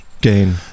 gain